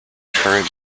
current